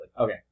Okay